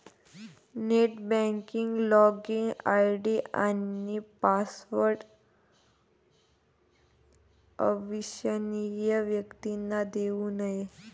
net banking login ID आणि password अविश्वसनीय व्यक्तींना देऊ नये